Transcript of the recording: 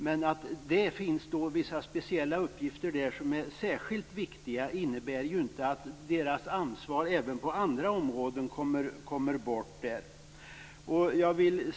Men att det finns speciella, särskilt viktiga uppgifter, innebär inte att Kulturrådets ansvar på andra områden kommer bort.